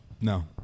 No